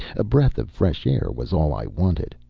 a breath of fresh air was all i wanted,